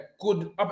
good